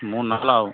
மூணு நாள் ஆகும்